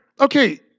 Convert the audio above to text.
okay